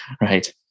Right